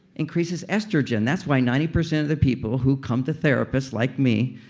increases estrogen that's why ninety percent of the people who come to therapists, like me,